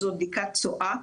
שזו בדיקת צואה.